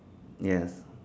ya